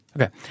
Okay